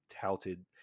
touted